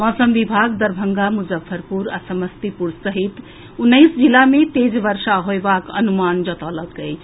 मौसम विभाग दरभंगा मुजफ्फरपुर आ समस्तीपुर सहित उन्नैस जिला मे तेज वर्षा होएबाक अनुमान जतौलक अछि